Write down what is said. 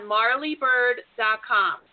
MarleyBird.com